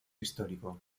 histórico